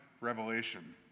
revelation